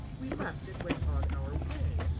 we left and went on our way,